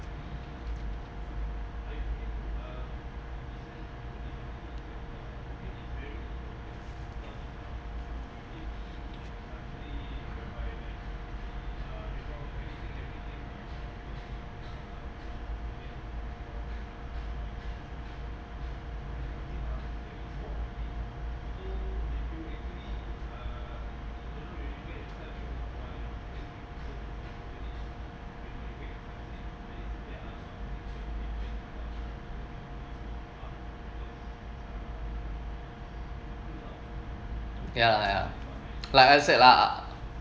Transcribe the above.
ya ya like I said lah